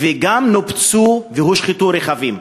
וגם נופצו והושחתו רכבים.